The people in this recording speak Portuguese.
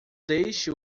deixe